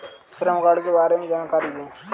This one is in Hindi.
श्रम कार्ड के बारे में जानकारी दें?